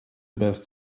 best